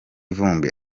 vumbi